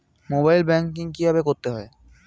Mobile banking কীভাবে করতে হয়?